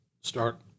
start